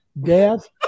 death